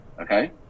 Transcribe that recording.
Okay